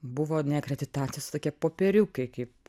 buvo akreditacijos tokie popieriukai kaip